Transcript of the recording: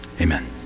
amen